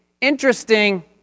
interesting